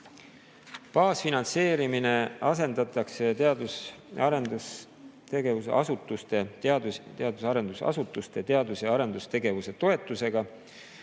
Baasfinantseerimine asendatakse teadus- ja arendusasutuste teadus- ja arendustegevuse toetusega,